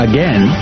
Again